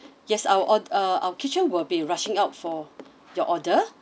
yes our or~ uh our kitchen will be rushing out for your order